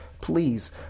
Please